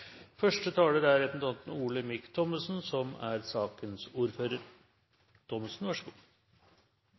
Første taler er Kjersti Toppe, som er sakens ordfører.